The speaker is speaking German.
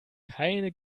keine